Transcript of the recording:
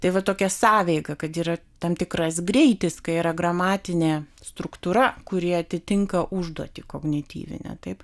tai va tokia sąveika kad yra tam tikras greitis kai yra gramatinė struktūra kuri atitinka užduotį kognityvinę taip